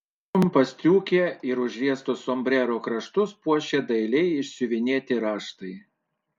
trumpą striukę ir užriestus sombrero kraštus puošė dailiai išsiuvinėti raštai